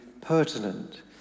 pertinent